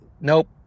Nope